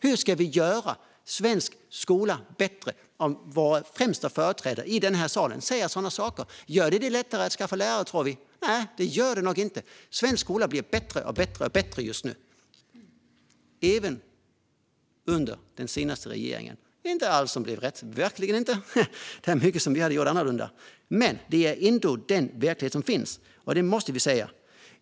Hur ska vi göra svensk skola bättre om våra främsta företrädare i den här salen säger sådana saker? Gör det att det blir lättare att skaffa lärare, tror vi? Nej, det gör det nog inte. Svensk skola blir bättre och bättre just nu, även under den senaste regeringen. Det var inte allt som blev rätt, verkligen inte. Det är mycket som vi hade gjort annorlunda. Men det är ändå den verklighet som finns, och det måste vi säga.